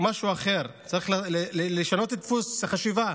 משהו אחר, צריך לשנות את דפוס החשיבה.